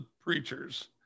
preachers